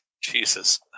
Jesus